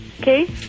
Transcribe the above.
Okay